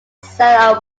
cell